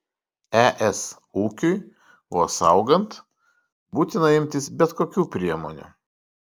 es ūkiui vos augant būtina imtis bet kokių priemonių